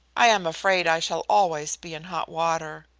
i am afraid i shall always be in hot water.